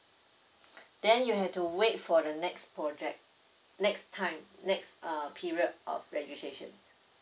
then you have to wait for the next project next time next err period of registrations